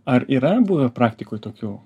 ar yra buvę praktikoj tokių